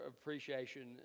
appreciation